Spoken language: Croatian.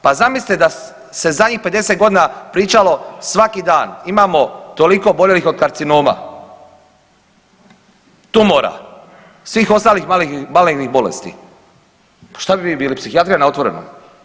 Pa zamislite da se zadnjih 50 godina pričalo svaki dan, imamo toliko oboljelih od karcinoma, tumora, svih ostalih malignih bolesti, pa šta bi mi bili psihijatrija na otvorenom.